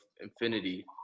infinity